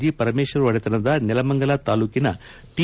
G Parameshwar ಒಡೆತನದ ನೆಲಮಂಗಲ ತಾಲೂಕಿನ T